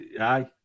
aye